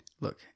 Look